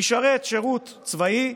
ישרת שירות צבאי,